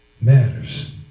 matters